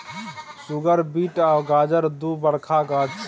सुगर beet आ गाजर दु बरखा गाछ छै